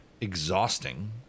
exhausting